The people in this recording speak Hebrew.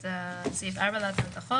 אבל הוא לא בבידוד שם,